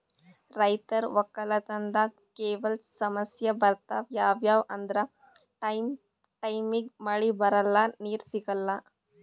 ರೈತರ್ ವಕ್ಕಲತನ್ದಾಗ್ ಕೆಲವ್ ಸಮಸ್ಯ ಬರ್ತವ್ ಯಾವ್ಯಾವ್ ಅಂದ್ರ ಟೈಮ್ ಟೈಮಿಗ್ ಮಳಿ ಬರಲ್ಲಾ ನೀರ್ ಸಿಗಲ್ಲಾ